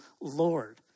Lord